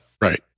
Right